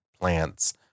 plants